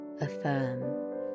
Affirm